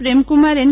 Premkumar N